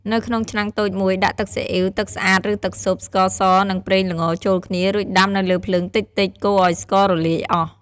នៅក្នុងឆ្នាំងតូចមួយ ដាក់ទឹកស៊ីអុីវ ទឹកស្អាតឬទឹកស៊ុប ស្ករស និងប្រេងល្ងចូលគ្នា រួចដាំនៅលើភ្លើងតិចៗ កូរឲ្យស្កររលាយអស់។។